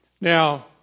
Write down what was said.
Now